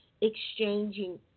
exchanging